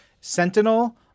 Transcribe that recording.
sentinel